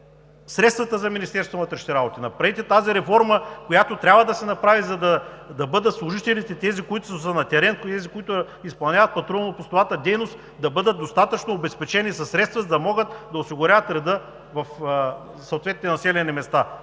средствата за Министерството на вътрешните работи, направете тази реформа, която трябва да се направи, за да бъдат служителите – тези, които са на терен и които изпълняват патрулно-постовата дейност, да бъдат достатъчно обезпечени със средства, за да могат да осигуряват реда в съответните населени места,